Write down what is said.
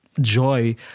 joy